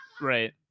Right